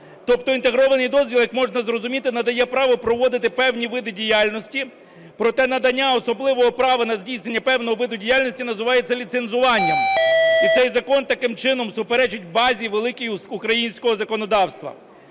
Тобто інтегрований дозвіл, як можна зрозуміти, надає право проводити певні види діяльності. Проте надання особливого права на здійснення певного виду діяльності називається ліцензуванням, і цей закон таким чином суперечить базі великій українського законодавства.